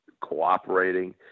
cooperating